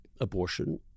abortion